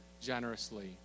generously